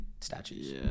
statues